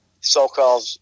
so-called